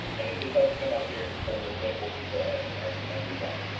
and if it doesn't come up here in just a little bit, we'll just go ahead and and move on.